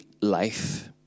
life